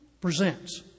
presents